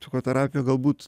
psichoterapija galbūt